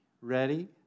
Ready